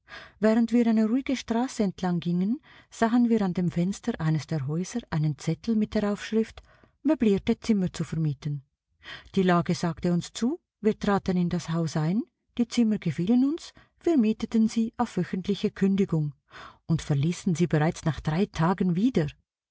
während wir eine ruhige straße entlang gingen sahen wir an dem fenster eines der häuser einen zettel mit der aufschrift möblierte zimmer zu vermieten die lage sagte uns zu wir traten in das haus ein die zimmer gefielen uns wir mieteten sie auf wöchentliche kündigung und verließen sie bereits nach drei tagen wieder